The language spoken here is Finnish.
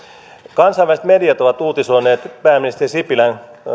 kansainväliset mediat ovat uutisoineet pääministeri sipilän